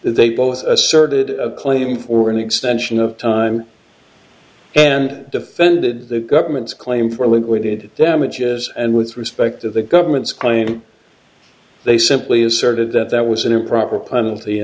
they both asserted a claim for an extension of time and defended the government's claim for liquidated damages and with respect to the government's claim they simply asserted that that was an improper